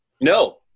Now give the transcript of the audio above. No